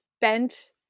bent